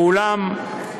ואולם,